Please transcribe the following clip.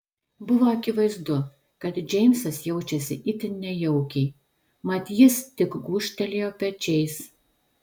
buvo akivaizdu kad džeimsas jaučiasi itin nejaukiai mat jis tik gūžtelėjo pečiais